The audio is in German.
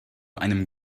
einem